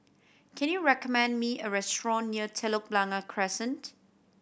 can you recommend me a restaurant near Telok Blangah Crescent